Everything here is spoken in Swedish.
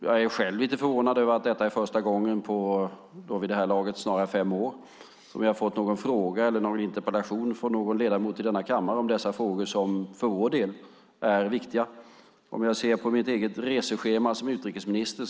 Jag är själv lite förvånad över att detta är första gången på, vid det här laget, snarare fem år som jag har fått någon fråga eller någon interpellation från någon ledamot i denna kammare om dessa frågor som för vår del är viktiga. Jag kan se på mitt eget reseschema som utrikesminister.